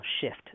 shift